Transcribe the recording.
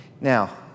Now